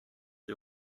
ihr